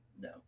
No